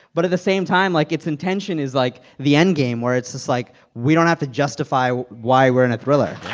but at the same time, like, its intention is, like, the endgame where it's just like, we don't have to justify why we're in a thriller